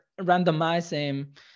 randomizing